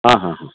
ಹಾಂ ಹಾಂ ಹಾಂ